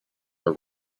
are